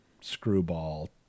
screwball